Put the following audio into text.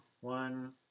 one